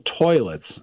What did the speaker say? toilets